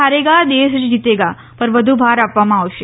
હારેગા દેશ જીતેગા પર વધુ ભાર આપવામાં આવશે